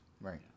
Right